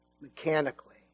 mechanically